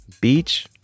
beach